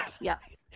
Yes